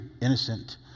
innocent